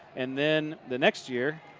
and then the next year,